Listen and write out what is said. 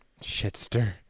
Shitster